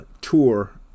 tour